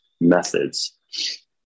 methods